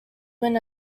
win